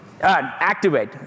activate